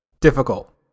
Difficult